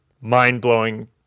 mind-blowing